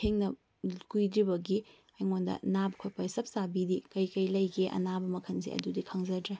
ꯊꯦꯡꯅꯕ ꯀꯨꯏꯗ꯭ꯔꯤꯕꯒꯤ ꯑꯩꯒꯣꯟꯗ ꯅꯥꯕ ꯈꯣꯠꯄꯒꯤ ꯆꯞ ꯆꯥꯕꯤꯗꯤ ꯀꯔꯤ ꯀꯔꯤ ꯂꯩꯒꯦ ꯑꯅꯥꯕ ꯃꯈꯜꯁꯦ ꯑꯗꯨꯗ ꯈꯪꯖꯗ꯭ꯔꯦ